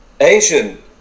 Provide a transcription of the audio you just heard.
Asian